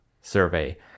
survey